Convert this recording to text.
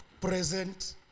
present